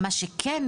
מה שכן,